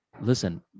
listen